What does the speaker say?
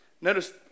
Notice